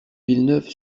villeneuve